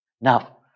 Now